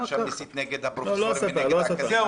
עכשיו מסית נגד הפרופסורים ונגד האקדמיה.